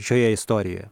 šioje istorijoje